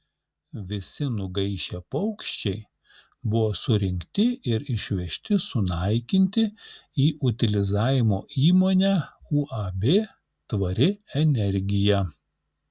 visi nugaišę paukščiai buvo surinkti ir išvežti sunaikinti į utilizavimo įmonę uab tvari energija